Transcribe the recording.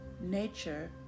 nature